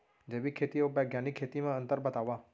जैविक खेती अऊ बैग्यानिक खेती म अंतर बतावा?